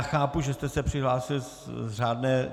Chápu, že jste se přihlásil k řádné.